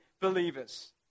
believers